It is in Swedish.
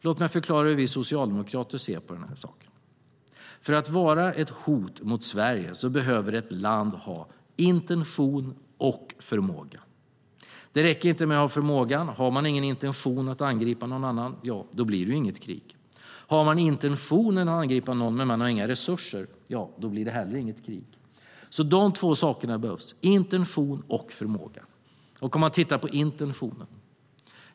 Låt mig förklara hur vi socialdemokrater ser på saken. För att vara ett hot mot Sverige måste ett land ha intention och förmåga. Det räcker inte med att ha förmågan. Om man inte har en intention att angripa någon annan blir det inget krig. Har man intentionen att angripa någon men inga resurser blir det heller inget krig. De två sakerna behövs, nämligen intention och förmåga. Låt oss titta på intentionen.